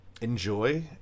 Enjoy